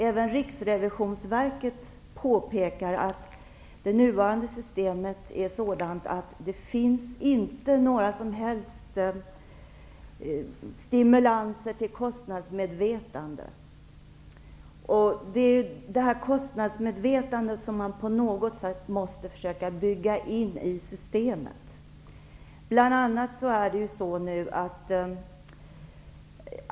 Även Riksrevisionsverket påpekar att det nuvarande systemet är sådant att det inte finns några som helst stimulanser till kostnadsmedvetande. Vi måste på något sätt försöka bygga in kostnadsmedvetandet i systemet.